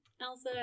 Elsa